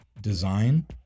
design